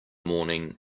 morning